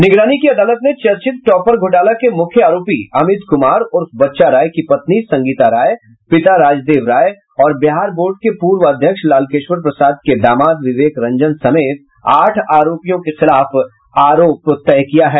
निगरानी की अदालत ने चर्चित टॉपर घोटाला के मुख्य आरोपी अमित कुमार उर्फ बच्चा राय की पत्नी संगीता राय पिता राजदेव राय और बिहार बोर्ड के पूर्व अध्यक्ष लालकेश्वर प्रसाद के दामाद विवेक रंजन समेत आठ आरोपियों के खिलाफ आरोप तय किया है